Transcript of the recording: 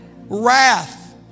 wrath